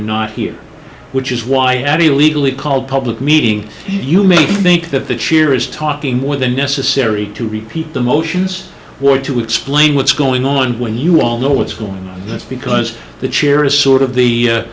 not here which is why any legally called public meeting you may think that the cheer is talking more than necessary to repeat the motions or to explain what's going on when you all know what's going on that's because the chair is sort of the